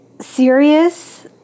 serious